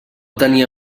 tenia